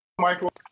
Michael